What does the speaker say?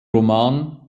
roman